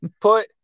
put